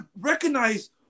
recognize